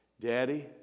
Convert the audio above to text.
Daddy